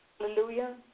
hallelujah